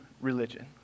religion